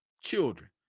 children